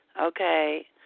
Okay